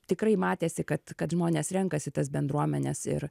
tikrai matėsi kad kad žmonės renkasi tas bendruomenes ir